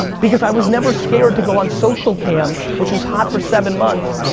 because i was never scared to go on socialcam, which was hot for seven months,